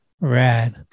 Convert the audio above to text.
Rad